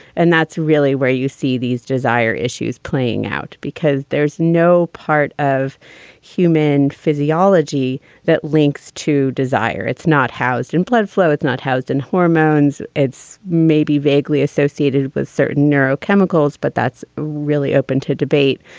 and that's really where you see these jizya issues playing out, because there's no part of human physiology that links to desire. it's not housed in bloodflow. it's not housed in hormones. it's maybe vaguely associated with certain neurochemicals. but that's really open to debate.